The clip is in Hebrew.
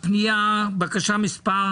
פנייה, בקשה מספר